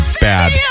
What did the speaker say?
bad